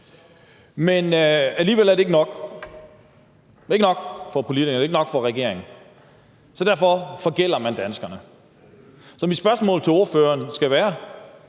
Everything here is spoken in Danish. Men alligevel er det ikke nok. Det er ikke nok for politikerne, det er ikke nok for regeringen, så derfor forgælder man danskerne. Så mit spørgsmål til ordføreren skal være: